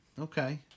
Okay